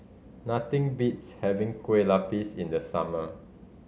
nothing beats having Kueh Lapis in the summer